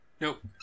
Nope